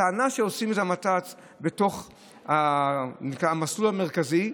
הטענה שעושים את הנת"צ בתוך המסלול המרכזי,